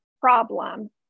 problem